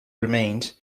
remained